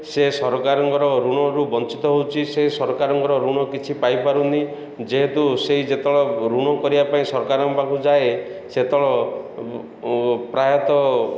ସେ ସରକାରଙ୍କର ଋଣରୁ ବଞ୍ଚିତ ହେଉଛି ସେ ସରକାରଙ୍କର ଋଣ କିଛି ପାଇପାରୁନି ଯେହେତୁ ସେଇ ଯେତେବେଳେ ଋଣ କରିବା ପାଇଁ ସରକାରଙ୍କ ପାଖକୁ ଯାଏ ସେତ ପ୍ରାୟତଃ